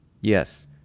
Yes